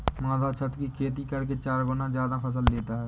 माधव छत की खेती करके चार गुना ज्यादा फसल लेता है